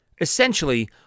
Essentially